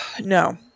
No